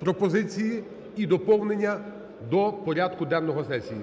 пропозиції і доповнення до порядку денного сесії.